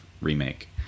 remake